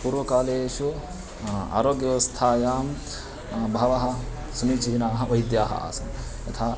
पूर्वकालेषु आरोग्यव्यवस्थायां बहवः समीचीनाः वैद्याः आसन् यथा